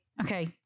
Okay